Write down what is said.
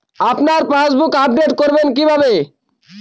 আপনার passbook update করবেন কিভাবে?